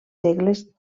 segles